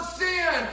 sin